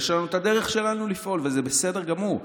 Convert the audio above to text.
ויש לנו את הדרך שלנו לפעול, וזה בסדר גמור.